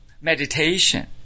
meditation